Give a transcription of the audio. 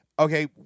okay